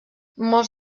molts